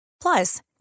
Plus